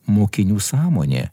mokinių sąmonė